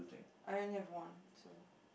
I only have one so